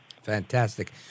Fantastic